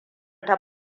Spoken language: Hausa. ta